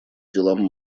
делам